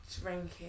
drinking